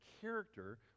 character